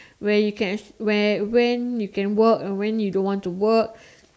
where you can actual where when you can work and when you don't want to work